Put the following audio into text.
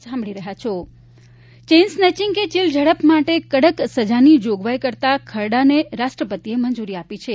chain snatching chain snatching કે ચીલ ઝડપ માટે કડક સજાની જોગવાઇ કરતા ખરડાને રાષ્ટ્રપતિએ મંજુરી આપી છે